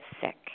sick